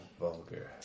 vulgar